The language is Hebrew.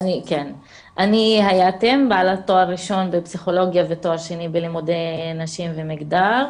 אני בעלת תואר ראשון בפסיכולוגיה ותואר שני בלימודי נשים ומגדר.